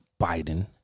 Biden